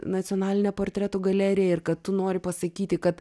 nacionalinė portretų galerija ir kad tu nori pasakyti kad